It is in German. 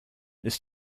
ist